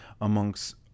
amongst